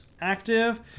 active